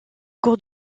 cours